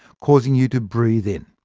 causing you to breathe in.